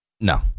No